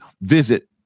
visit